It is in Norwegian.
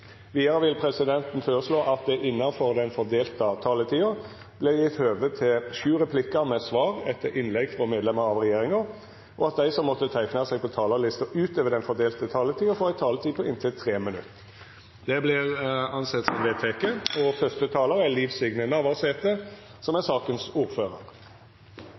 Vidare vil presidenten føreslå at det – innanfor den fordelte taletida – vert gjeve høve til sju replikkar med svar etter innlegg frå medlemer av regjeringa, og at dei som måtte teikna seg på talarlista utover den fordelte taletida, får ei taletid på inntil 3 minutt. – Det er vedteke. Utdanningsreformen i Forsvaret er en viktig del av langtidsplanen. Årsaken til det er